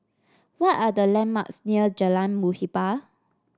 what are the landmarks near Jalan Muhibbah